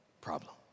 problem